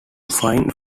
find